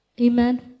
Amen